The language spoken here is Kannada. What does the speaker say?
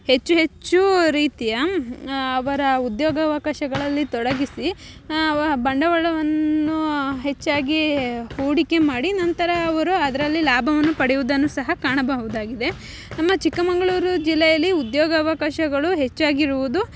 ಹೆಚ್ಚು ಹೆಚ್ಚು ರೀತಿಯ ಅವರ ಉದ್ಯೋಗಾವಕಾಶಗಳಲ್ಲಿ ತೊಡಗಿಸಿ ವ ಬಂಡವಾಳವನ್ನು ಹೆಚ್ಚಾಗಿ ಹೂಡಿಕೆ ಮಾಡಿ ನಂತರ ಅವರು ಅದರಲ್ಲಿ ಲಾಭವನ್ನು ಪಡೆಯುವುದನ್ನು ಸಹ ಕಾಣಬಹುದಾಗಿದೆ ನಮ್ಮ ಚಿಕ್ಕಮಗ್ಳೂರು ಜಿಲ್ಲೆಯಲ್ಲಿ ಉದ್ಯೋಗಾವಕಾಶಗಳು ಹೆಚ್ಚಾಗಿರುವುದು